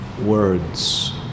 words